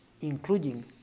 Including